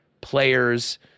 players